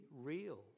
real